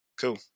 Cool